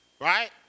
Right